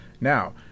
Now